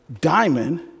diamond